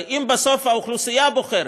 הרי אם בסוף האוכלוסייה בוחרת,